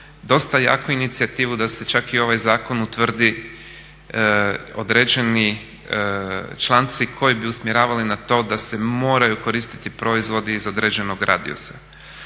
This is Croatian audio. dosta jaku inicijativu da se čak i u ovaj zakon utvrde određeni članci koji bi usmjeravali na to da se moraju koristiti proizvodi iz određenog radijusa.